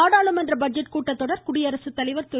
நாடாளுமன்ற பட்ஜெட் கூட்டத்தொடர் குடியரசுத்தலைவர் திரு